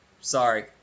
Sorry